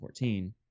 2014